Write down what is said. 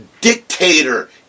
dictator